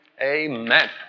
Amen